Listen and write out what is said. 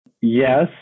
Yes